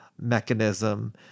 mechanism